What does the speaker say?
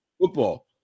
Football